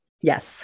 Yes